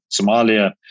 Somalia